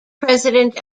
president